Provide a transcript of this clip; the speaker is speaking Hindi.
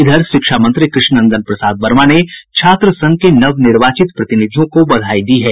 इधर शिक्षा मंत्री कृष्णनंदन प्रसाद वर्मा ने छात्र संघ के नवनिर्वाचित प्रतिनिधियों को बधाई दी है